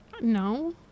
No